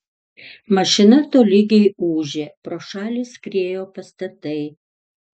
mašina tolygiai ūžė pro šalį skriejo pastatai